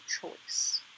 choice